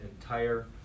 entire